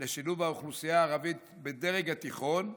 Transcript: לשילוב האוכלוסייה הערבית בדרג התיכון.